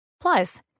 Plus